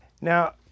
Now